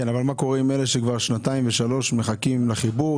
אבל מה קורה עם אלה שכבר שנתיים ושלוש שנים מחכים לחיבור?